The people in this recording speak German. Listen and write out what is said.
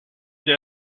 der